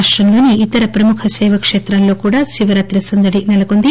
రాష్టంలోని ఇతర ప్రముఖ శైవక్షేతాల్లో కూడా శివరాతి సందడి నెలకొంది